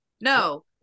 No